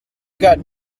got